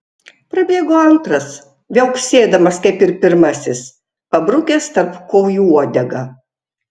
prabėgo antras viauksėdamas kaip ir pirmasis pabrukęs tarp kojų uodegą